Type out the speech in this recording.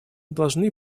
должны